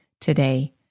today